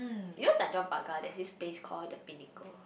you know Tanjong-Pagar there's this space call the Pinnacle